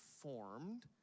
formed